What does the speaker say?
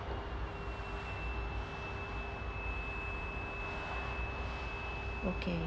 okay